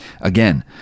Again